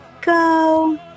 go